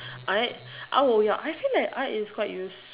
art art I would ya I feel like art is quite use